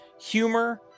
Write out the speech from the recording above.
humor